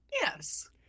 yes